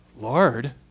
Lord